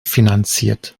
finanziert